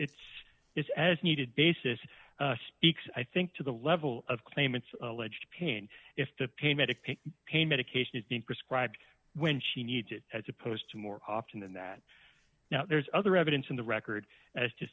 it's is as needed basis speaks i think to the level of claimants alleged pain if the payment of pain pain medication is being prescribed when she needs it as opposed to more often than that now there's other evidence in the record as to